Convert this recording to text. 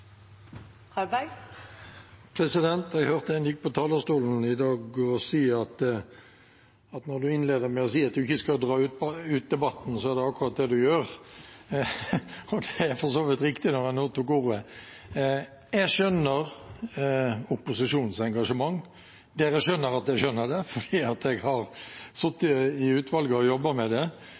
Jeg hørte en som gikk på talerstolen i dag og sa at når du innleder med å si at du ikke skal dra ut debatten, er det akkurat det du gjør. Det er for så vidt riktig når jeg nå tok ordet. Jeg skjønner opposisjonens engasjement. Dere skjønner at jeg skjønner det, fordi jeg har sittet i utvalget og jobbet med det.